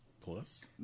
Plus